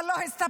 אבל לא הסתפקתם,